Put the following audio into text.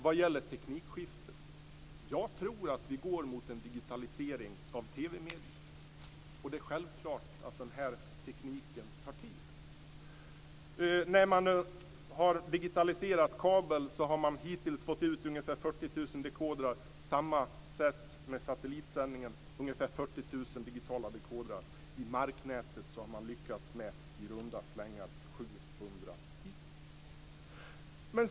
Vad gäller teknikskiften tror jag att vi går mot en digitalisering av TV-mediet. Det är självklart att införandet av den tekniken tar tid. När man har digitaliserat kabel har man hittills fått ut ungefär 40 000 dekodrar. Samma sak gäller satellitsändningar, ungefär 40 000 digitala dekodrar. I marknätet har man hittills lyckats med i runda slängar 700 stycken.